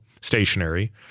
stationary